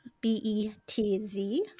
B-E-T-Z